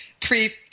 three